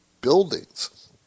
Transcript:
buildings